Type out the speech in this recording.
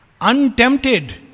Untempted